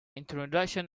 introduction